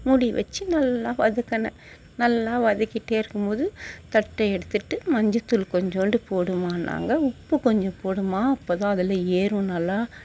மூடி வச்சு நல்லா வதக்கின நல்லா வதக்கிட்டே இருக்கும்போது தட்டை எடுத்துவிட்டு மஞ்சத்தூள் கொஞ்சோண்டு போடும்மான்னாங்க உப்பு கொஞ்சம் போடும்மா அப்போ தான் அதில் ஏறும் நல்லா